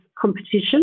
competition